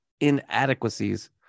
inadequacies